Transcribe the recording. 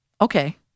okay